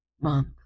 month